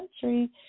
country